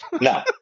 no